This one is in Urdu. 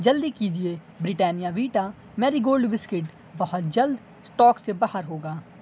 جلدی کیجیے Britannia Vita Marie Gold biscuit بہت جلد اسٹاک سے باہر ہوگا